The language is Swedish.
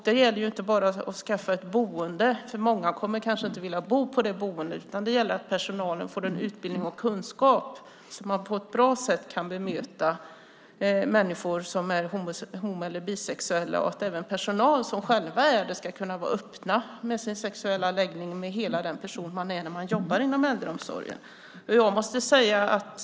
Det gäller inte bara att skaffa ett boende, för många kommer kanske inte att vilja bo där, utan det gäller att personalen får utbildning och kunskap så att de på ett bra sätt kan bemöta människor som är homo eller bisexuella. Även personal som är det ska kunna vara öppna med sin sexuella läggning och med hela den person de är när de jobbar inom äldreomsorgen.